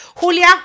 Julia